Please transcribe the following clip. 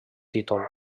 títol